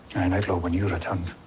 an outlaw when you returned.